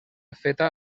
feta